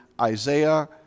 Isaiah